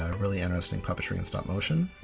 ah really interesting puppetry and stop-motion.